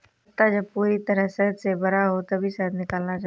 छत्ता जब पूरी तरह शहद से भरा हो तभी शहद निकालना चाहिए